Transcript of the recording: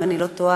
אם איני טועה.